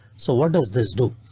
so what does this do?